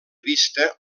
vista